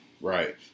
right